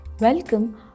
Welcome